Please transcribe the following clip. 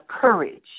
courage